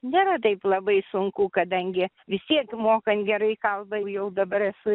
nėra taip labai sunku kadangi vis tiek mokant gerai kalbą jau dabar esu